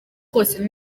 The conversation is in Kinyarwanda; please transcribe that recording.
kose